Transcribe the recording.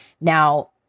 Now